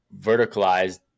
verticalized